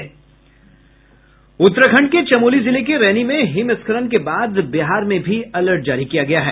उत्तराखंड के चमोली जिले के रैनी में हिमस्खलन के बाद बिहार में भी अलर्ट जारी किया गया है